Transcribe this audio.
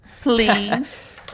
please